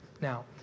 now